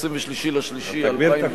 23 במרס 2011,